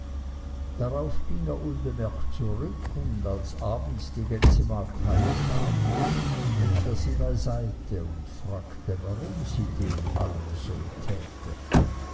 darauf ging er unbemerkt zurück und als abends die gänsemagd heim kam rief er sie beiseite und fragte warum sie dem allem so täte